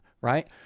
right